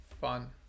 fun